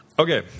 Okay